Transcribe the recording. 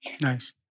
Nice